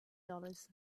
dollars